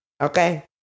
Okay